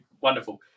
wonderful